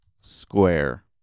square